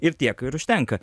ir tiek ir užtenka